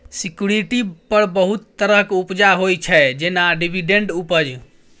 security पर बहुत तरहक उपजा होइ छै जेना डिवीडेंड उपज